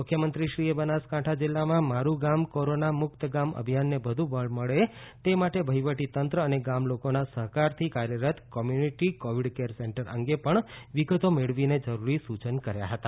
આ ઉપરાંત મુખ્યમંત્રીશ્રીએ બનાસકાંઠા જિલ્લામાં મારું ગામ કોરોનામુકત ગામ અભિયાનને વધુ બળ મળે તે માટે વહીવટી તંત્ર અને ગામલોકોના સહકારથી કાર્યરત કોમ્યુનિટી કોવિડ કેર સેન્ટર અંગે પણ વિગતો મેળવીને જરૂરી સૂચના કર્યા હતા